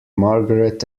margaret